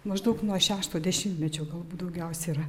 maždaug nuo šešto dešimtmečio galbūt daugiausia yra